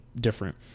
different